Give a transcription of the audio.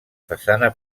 façana